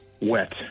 wet